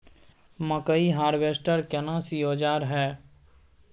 मकई हारवेस्टर केना सी औजार हय?